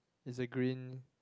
it's a green